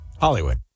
Hollywood